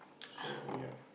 so ya